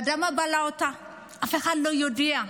האדמה בלעה אותה, אף אחד לא יודע.